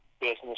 business